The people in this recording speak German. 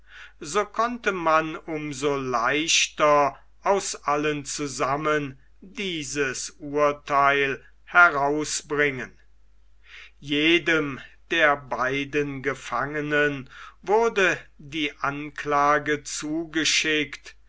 so konnte man um so leichter aus allen zusammen dieses unheil herausbringen jedem der beiden gefangenen wurde die anklage zugeschickt